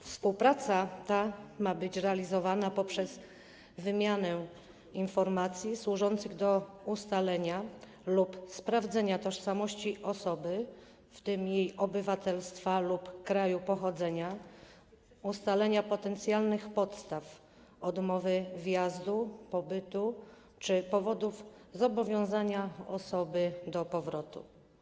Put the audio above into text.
Współpraca ta ma być realizowana poprzez wymianę informacji służących do ustalenia lub sprawdzenia tożsamości osoby, w tym jej obywatelstwa lub kraju pochodzenia, ustalenia potencjalnych podstaw odmowy wjazdu, pobytu czy powodów zobowiązania osoby do powrotu.